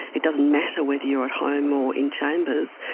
it doesn't matter whether you are at home or in chambers,